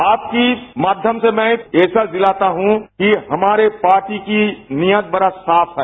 आपके माध्यम से मैं यहविश्वास दिलाता हूं कि हमारी पार्टी की नियत बडी साफ है